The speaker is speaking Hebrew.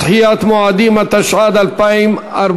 (תיקון, דחיית מועדים), התשע"ד 2014,